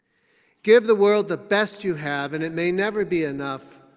give the world the best you have and it may never be enough.